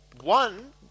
one